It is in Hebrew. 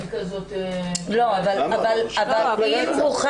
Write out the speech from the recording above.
מה שאת